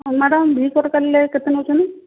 ହଁ madam V cut କାଟିଲେ କେତେ ନେଉଛନ୍ତି